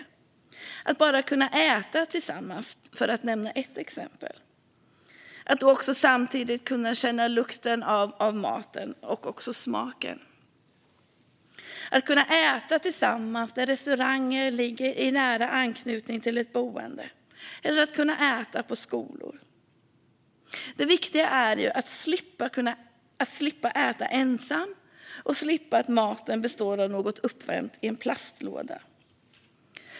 Några exempel är att kunna äta tillsammans, att då också kunna känna doften och smaken av maten, att kunna äta tillsammans på restaurang i nära anknytning till boendet eller äta på skolor. Det viktiga är att slippa äta ensam och slippa att maten består av något uppvärmt i plastlåda.